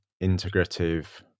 integrative